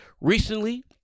Recently